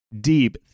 deep